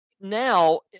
now